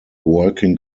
working